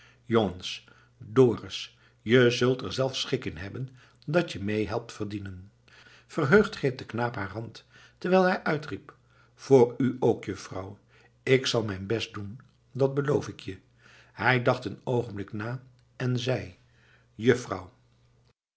jongens dorus je zult er zelf schik in hebben dat je mee helpt verdienen verheugd greep de knaap haar hand terwijl hij uitriep voor u ook juffrouw ik zal mijn best doen dat beloof ik je hij dacht een oogenblik na en zei juffrouw